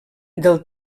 del